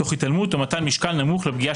תוך התעלמות או מתן משקל נמוך לפגיעה